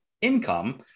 income